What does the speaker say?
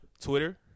Twitter